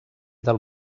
del